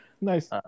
Nice